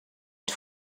het